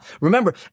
remember